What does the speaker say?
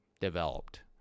developed